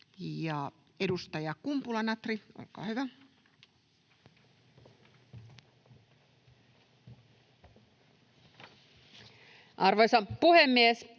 Edustaja Kumpula-Natri, olkaa hyvä. [Speech